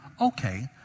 Okay